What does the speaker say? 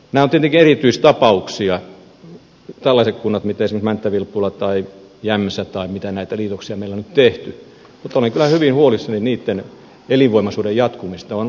nämä ovat tietenkin erityistapauksia tällaiset kunnat kuin esimerkiksi mänttä vilppula tai jämsä tai mitä näitä liitoksia meillä on nyt tehty mutta olin kyllä hyvin huolissani niitten elinvoimaisuuden jatkumisesta